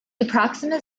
approximate